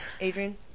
adrian